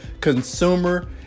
consumer